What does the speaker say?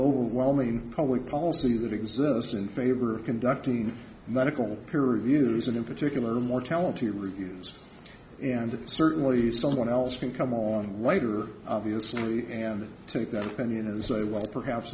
overwhelming public policy that exist in favor of conducting medical peer reviews and in particular mortality reviews and certainly if someone else can come on later obviously and take up any and say well perhaps